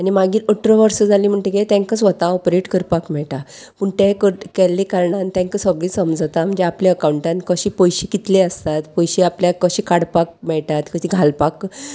आनी मागीर अठरा वर्सां जाली म्हणटगीर तांकां स्वता ऑपरेट करपाक मेळटा पूण तें कर केल्ले कारणान तांकां सगळें समजता म्हणजे आपल्या अकावंटान कशें पयशे कितले आसतात पयशे आपल्याक कशे काडपाक मेळटात कशी घालपाक